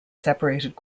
separated